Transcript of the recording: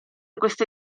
queste